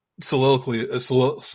soliloquy